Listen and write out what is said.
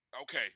Okay